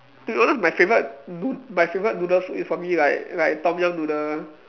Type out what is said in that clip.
to be honest my favourite nood~ my favourite noodle soup is probably like like Tom-Yum noodle